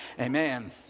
Amen